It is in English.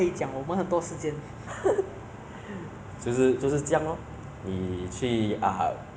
然后 mike 就会开然后你就可以 err whatever 你要讲什么你就讲什么 then 有人有听得到了